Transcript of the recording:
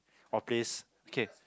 or place okay